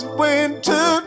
winter